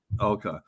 Okay